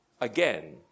again